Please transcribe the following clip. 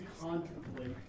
contemplate